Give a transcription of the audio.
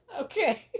Okay